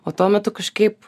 o tuo metu kažkaip